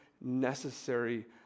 necessary